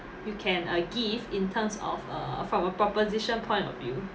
you can uh give in terms of err from a proposition point of view